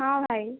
ହଁ ଭାଇ